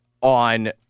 on –